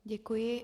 Děkuji.